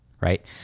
right